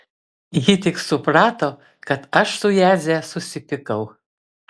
ji tik suprato kad aš su jadze susipykau